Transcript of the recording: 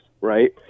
right